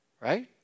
Right